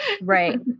Right